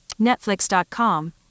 Netflix.com